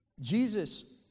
Jesus